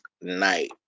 night